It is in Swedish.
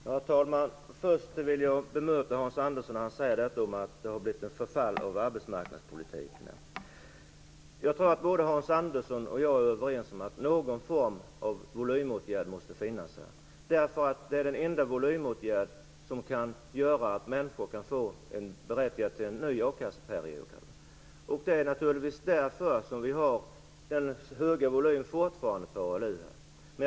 Herr talman! Först vill jag bemöta Hans Andersson i hans påstående att det har blivit ett förfall i arbetsmarknadspolitiken. Jag tror att både Hans Andersson och jag är överens om att det behövs någon form av volymåtgärder. Det är den enda volymåtgärd som gör människor berättigade till en ny akasseperiod. Det är naturligtvis därför vi fortfarande har den höga volymen.